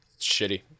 shitty